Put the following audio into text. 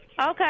Okay